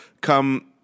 come